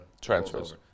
transfers